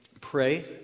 pray